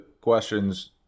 questions